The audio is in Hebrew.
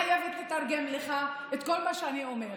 אני לא חייבת לתרגם לך את כל מה שאני אומרת.